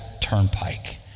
Turnpike